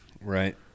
right